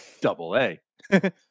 double-A